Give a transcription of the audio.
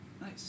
Nice